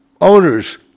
owners